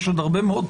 יש עוד הרבה מאוד